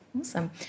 Awesome